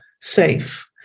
safe